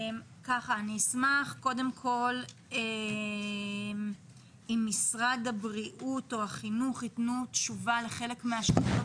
אני אשמח אם משרד הבריאות או החינוך יתנו תשובה לחלק מהשאלות